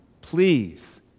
Please